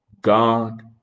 god